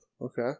Okay